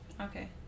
Okay